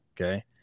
okay